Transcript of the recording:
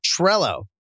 Trello